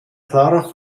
klarer